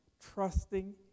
trusting